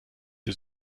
der